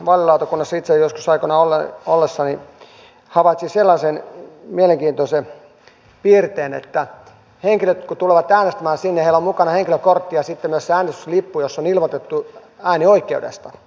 ihan vaalilautakunnassa itse joskus aikoinaan ollessani havaitsin sellaisen mielenkiintoisen piirteen että kun henkilöt tulevat äänestämään sinne ja heillä on mukanaan henkilökortti ja sitten myös se äänestyslippu jossa on ilmoitettu äänioikeudesta niin